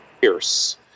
Pierce